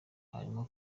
harimo